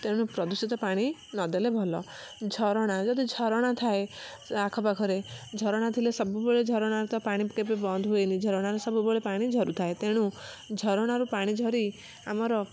ତେଣୁ ପ୍ରଦୂଷିତ ପାଣି ନଦେଲେ ଭଲ ଝରଣା ଯଦି ଝରଣା ଥାଏ ଆଖ ପାଖରେ ଝରଣା ଥିଲେ ସବୁବେଳେ ଝରଣାତ ପାଣି କେବେ ବନ୍ଦ ହୁଏନି ଯେ ଝରଣାରୁ ସବୁବେଳେ ପାଣି ଝରୁଥାଏ ତେଣୁ ଝରଣାରୁ ପାଣି ଝରି ଆମର